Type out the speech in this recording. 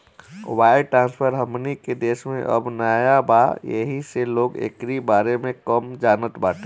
wire transfer हमनी के देश में अबे नया बा येही से लोग एकरी बारे में कम जानत बाटे